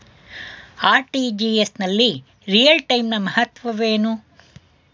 RTGS ನಲ್ಲಿ real time ನ ಮಹತ್ವವೇನು?